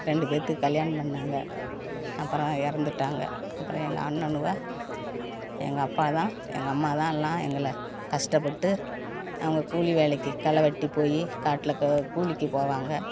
ரெண்டு பேர்த்துக்கு கல்யாணம் பண்ணாங்க அப்புறம் இறந்துட்டாங்க அப்புறம் எங்கள் அண்ணனுக எங்கள் அப்பாதான் எங்கள் அம்மாதான் எல்லாம் எங்களை கஸ்டப்பட்டு அவங்க கூலி வேலைக்கு களை வெட்டி போய் காட்டில கூலிக்கு போவாங்க